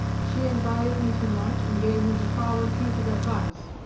she invited me to lunch and gave me the following piece of advice.